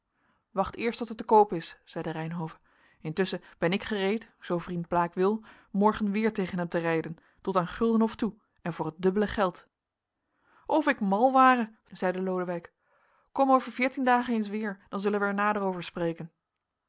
wacht eerst tot het te koop is zeide reynhove intusschen ben ik gereed zoo vriend blaek wil morgen weer tegen hem te rijden tot aan guldenhof toe en voor het dubbele geld of ik mal ware zeide lodewijk kom over veertien dagen eens weer dan zullen wij er nader over spreken